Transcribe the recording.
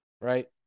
right